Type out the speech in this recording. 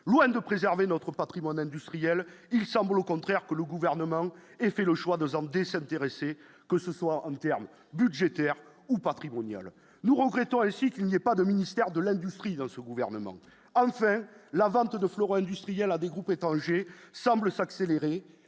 loin de préserver notre Patrimoine industriel, il semble au contraire que le gouvernement ait fait le choix de santé sanitaire et c'est que ce soit du terme budgétaire ou patrimonial, nous regrettons réussi qu'il n'y a pas de ministère de l'industrie dans ce gouvernement, enfin la vente de fleurs industrielle à des groupes étrangers semblent s'accélérer